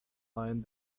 line